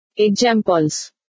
Examples